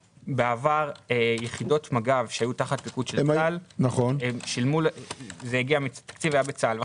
בעבר יחידות מג"ב שהיו תחת פיקוד של צה"ל התקציב היה בצה"ל.